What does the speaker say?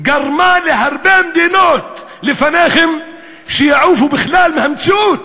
גרמו להרבה מדינות לפניכם שיעופו בכלל מהמציאות.